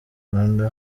kanda